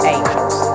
Angels